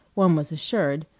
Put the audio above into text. one was assured,